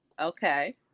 Okay